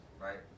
right